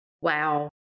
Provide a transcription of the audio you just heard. wow